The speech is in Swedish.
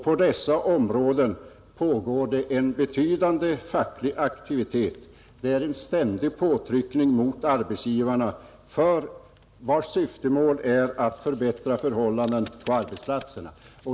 På dessa områden pågår en betydande facklig aktivitet — det är en ständig påtryckning på arbetsgivarna i syfte att förbättra förhållandena på arbetsplatserna.